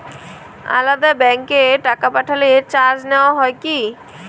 আলাদা ব্যাংকে টাকা পাঠালে চার্জ নেওয়া হয় কি?